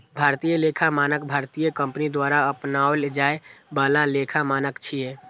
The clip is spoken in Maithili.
भारतीय लेखा मानक भारतीय कंपनी द्वारा अपनाओल जाए बला लेखा मानक छियै